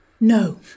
no